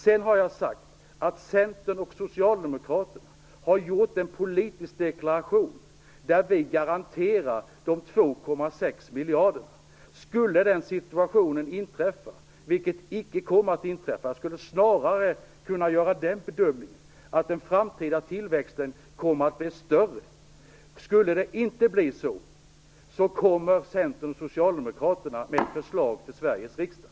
Sedan har jag sagt att Centern och Socialdemokraterna har gjort en politisk deklaration där vi garanterar de 2,6 miljarderna. Skulle den situationen inträffa - vilket den inte kommer att göra; jag bedömer snarare att den framtida tillväxten kommer att bli större - att tillväxten inte tillåter detta kommer Centern och Socialdemokraterna med ett förslag till Sveriges riksdag.